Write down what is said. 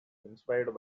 inspired